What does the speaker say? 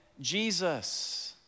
Jesus